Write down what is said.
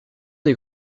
des